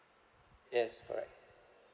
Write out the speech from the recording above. yes correct